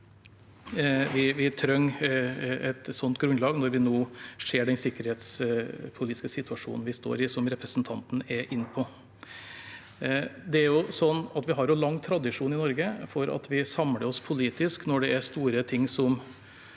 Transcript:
Vi trenger et slikt grunnlag når vi nå ser den sikkerhetspolitiske situasjonen vi står i, som representanten er inne på. Vi har lang tradisjon i Norge for at vi samler oss politisk når det er store ting som